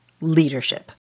leadership